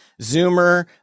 zoomer